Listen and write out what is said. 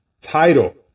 Title